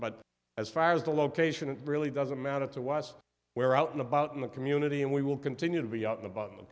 but as far as the location it really doesn't matter to wash where out and about in the community and we will continue to be at the botto